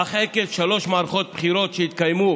אך עקב שלוש מערכות בחירות שהתקיימו